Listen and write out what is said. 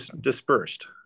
dispersed